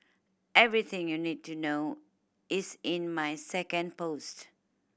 everything you need to know is in my second post